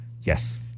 Yes